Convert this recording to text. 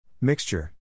Mixture